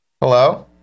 Hello